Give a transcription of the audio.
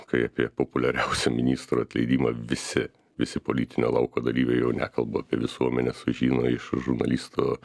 kai apie populiariausią ministro atleidimą visi visi politinio lauko dalyviai jau nekalbu apie visuomenę sužino iš žurnalisto